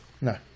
No